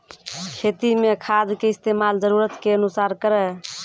खेती मे खाद के इस्तेमाल जरूरत के अनुसार करऽ